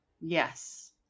Yes